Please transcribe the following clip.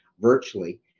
virtually